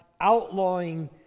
outlawing